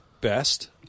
best